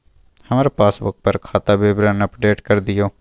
हमर पासबुक पर खाता विवरण अपडेट कर दियो